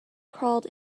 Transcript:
crawled